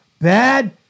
Bad